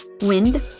wind